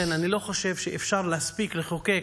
אני לא חושב שאפשר להספיק לחוקק